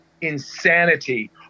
insanity